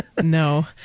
No